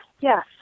Yes